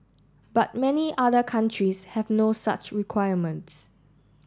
but many other countries have no such requirements